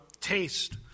taste